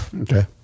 okay